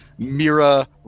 Mira